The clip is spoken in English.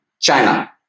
China